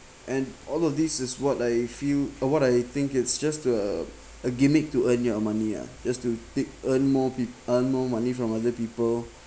and all of this is what I feel uh what I think it's just a a gimmick to earn your money ah just to take earn more peo~ earn more money from other people